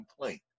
complaint